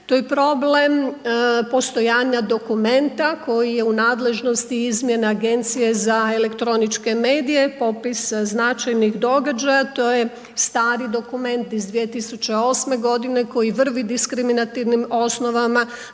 To je problem postojanja dokumenta koji je u nadležnosti izmjena Agencije za elektroničke medije, popis značajnih događaja, to je stari dokument iz 2008. koji vrvi diskriminativnim osnovama